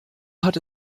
hat